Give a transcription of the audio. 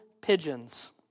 pigeons